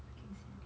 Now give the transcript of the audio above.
fucking sian